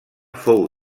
fou